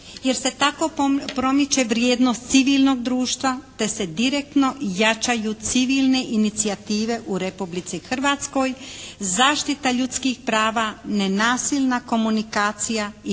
Jer se tako promiče vrijednost civilnog društva te se direktno jačaju civilne inicijative u Republici Hrvatskoj. Zaštita ljudskih prava, nenasilna komunikacija i promicanje